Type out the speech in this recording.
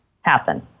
happen